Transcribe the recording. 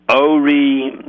Ori